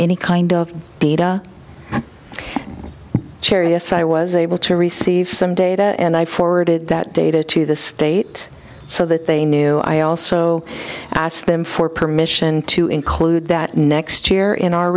any kind of data cherry aside i was able to receive some data and i forwarded that data to the state so that they knew i also asked them for permission to include that next year in our